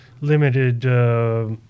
limited